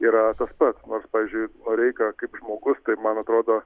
yra tas pat nors pavyzdžiui noreika kaip žmogus tai man atrodo